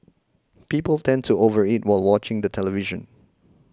people tend to over eat while watching the television